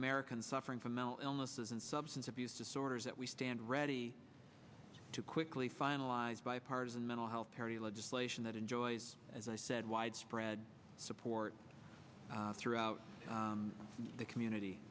americans suffering from mental illnesses and substance abuse disorders that we stand ready to quickly finalize bipartisan mental health parity legislation that enjoys as i said widespread support throughout the community